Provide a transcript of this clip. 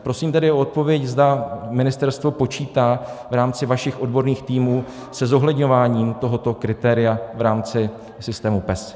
Prosím tedy o odpověď, zda ministerstvo počítá v rámci vašich odborných týmů se zohledňováním tohoto kritéria v rámci systému PES.